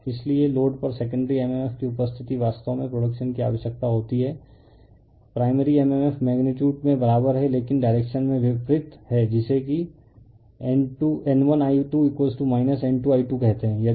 इसलिए लोड पर secondary mmf की उपस्थिति वास्तव में प्रोडक्शन की आवश्यकता होती है प्राइमरी mmf मेगनीटयूड में बराबर है लेकिन डायरेक्शन में विपरीत है जिसे की N1I2 N2I2 कहते हैं यदि I0 की उपेक्षा की जाती है तो यह I2I1 हैं